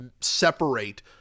separate